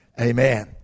Amen